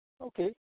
Okay